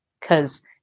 Cause